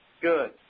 Good